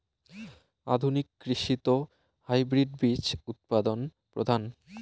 আধুনিক কৃষিত হাইব্রিড বীজ উৎপাদন প্রধান